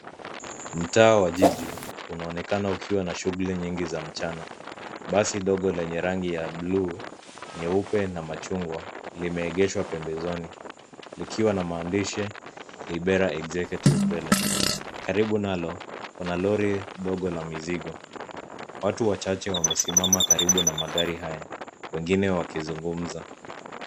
Mtaa wa jiji unaonekana ukiwa na shughuli nyingi za mchana. Basi ndogo lenye rangi ya buluu, nyeupe na machungwa limeegeshwa pembezoni likiwa na maandishi, libera executive, mbele. Karibu nalo, kuna lori ndogo la mizigo. Watu wachache wamesimama karibu na magari haya, wengine wakizungumza.